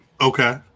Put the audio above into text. okay